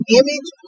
image